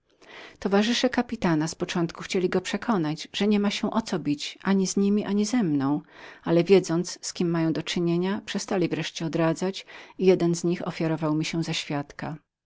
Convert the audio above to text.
towarzysze kapitana z początku chcieli go przekonać że nie było o co bić się ani z niemi ani ze mną ale wiedzieli z kim mieli do czynienia przestali więc odradzać i jeden z nich ofiarował mi się za świadka